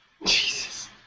Jesus